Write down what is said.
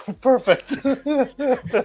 Perfect